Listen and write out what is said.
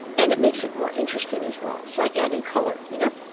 and it makes it more interesting as well. it's like adding color, you know?